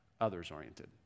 others-oriented